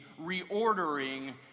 reordering